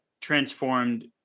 transformed